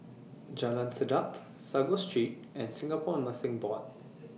Jalan Sedap Sago Street and Singapore Nursing Board